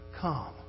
come